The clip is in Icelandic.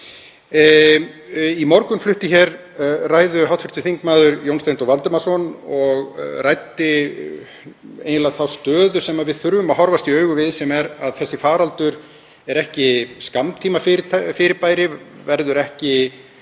Í morgun flutti hér ræðu hv. þm. Jón Steindór Valdimarsson og ræddi eiginlega þá stöðu sem við þurfum að horfast í augu við sem er að þessi faraldur er ekki skammtímafyrirbæri, hann verður ekki